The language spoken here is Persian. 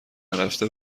نرفته